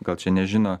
gal čia nežino